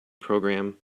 program